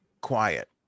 quiet